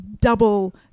double